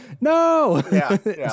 no